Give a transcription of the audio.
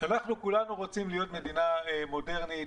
אנחנו כולנו רוצים להיות מדינה מודרנית